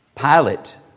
Pilate